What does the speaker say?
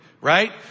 right